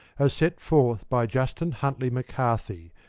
as set forth by justin huntly mccarthy,